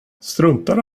struntar